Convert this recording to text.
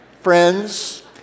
friends